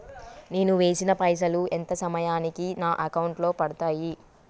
నేను వేసిన పైసలు ఎంత సమయానికి నా అకౌంట్ లో పడతాయి?